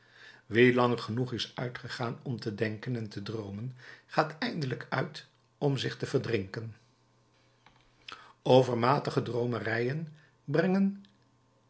lang genoeg is uitgegaan om te denken en te droomen gaat eindelijk uit om zich te verdrinken overmatige droomerijen brengen